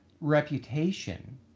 reputation